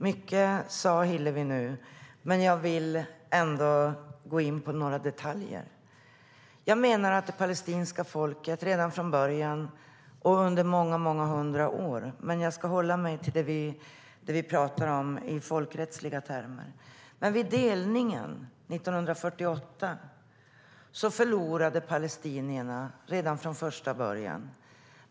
Hillevi sade mycket, men låt mig gå in på några detaljer. Det palestinska folket har lidit i många hundra år, men jag ska hålla mig till det vi talar om i folkrättsliga termer. Vi delningen 1948 förlorade palestinierna redan från början.